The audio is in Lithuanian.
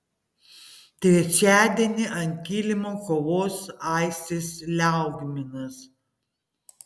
trečiadienį ant kilimo kovos aistis liaugminas